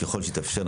ככל שיתאפשר,